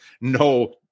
no